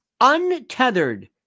Untethered